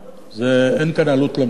אין כאן עלות למדינה,